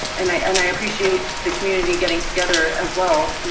and i appreciate the community getting together as well.